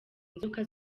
inzoka